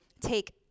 take